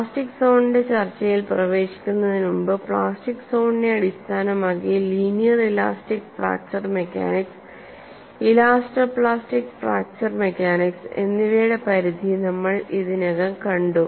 plastic സോണിന്റെ ചർച്ചയിൽ പ്രവേശിക്കുന്നതിന് മുമ്പ് പ്ലാസ്റ്റിക് സോണിനെ അടിസ്ഥാനമാക്കി linear elastic fracture mechanics elastoplastic fracture mechanics എന്നിവയുടെ പരിധി നമ്മൾ ഇതിനകം കണ്ടു